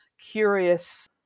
curious